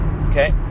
Okay